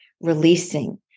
releasing